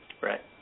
Right